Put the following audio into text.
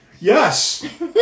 Yes